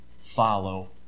follow